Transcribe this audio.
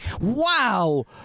Wow